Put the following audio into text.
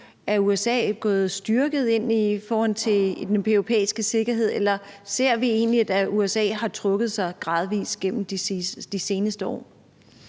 Er USA gået styrket ind i forhold til den europæiske sikkerhed, eller ser vi egentlig, at USA har trukket sig gradvist gennem de seneste år?